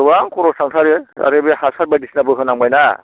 गोबां खर'स थांथारो आरो बे हासार बायदि सिनाबो होनांबायना